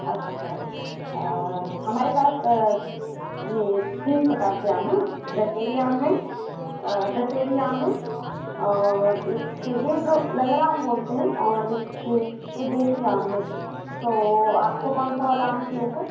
अच्छा हमारे पास यह तीन प्रकार के आम हैं दशहरी आम हैं दशहरी आम हैं और एक यह जो लंगड़ा आम बोलते हैं और एक यह जो देसी आम हैं तो आपको कौन सा वाला आम चाहिए था